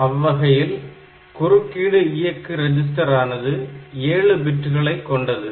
அவ்வகையில் குறுக்கீடு இயக்கு ரெஜிஸ்டர் ஆனது 7 பிட்களை கொண்டது